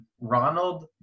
ronald